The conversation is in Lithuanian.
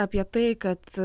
apie tai kad